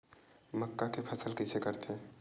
मक्का के फसल कइसे करथे?